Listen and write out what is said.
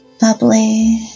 bubbly